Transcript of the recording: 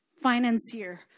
financier